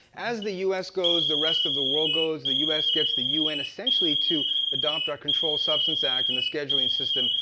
as the u s. goes, the rest of the world goes. the u s. gets the u n. essentially to adopt our controlled substance act and the scheduling system.